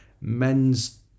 men's